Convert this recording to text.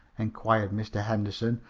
inquired mr. henderson,